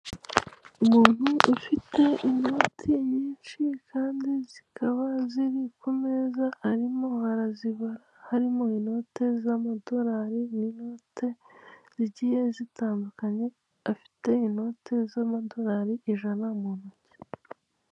Umuntu ufite inoti nyinshi kandi zikaba ziri ku meza arimo arazibara, harimo inote z'amadorali n'inote zigiye zitandukanye, afite inote z'amadorali ijana mu ntoki.